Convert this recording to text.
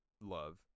Love